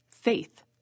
Faith